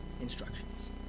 instructions